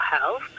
health